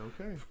Okay